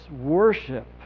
worship